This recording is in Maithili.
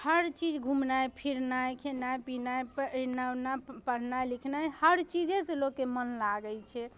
हर चीज घुमनाइ फिरनाइ खेनाइ पिनाइ एना ओना पढ़नाइ लिखनाइ हर चीजेसँ लोकके मोन लागै छै